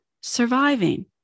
surviving